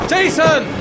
Jason